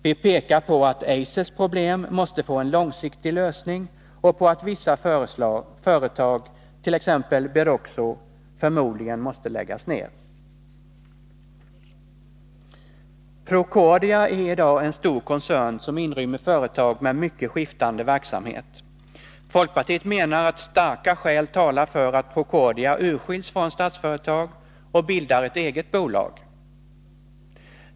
Vi pekar på att Eisers problem måste få en långsiktig lösning och på att vissa bolag, t.ex. Beroxo, förmodligen måste läggas ned. Procordia är i dag en stor koncern som inrymmer företag med mycket skiftande verksamhet. Folkpartiet menar att starka skäl talar för att Procordia bör skiljas från Statsföretag och bilda ett eget bolag.